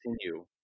continue